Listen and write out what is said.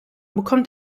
bekommt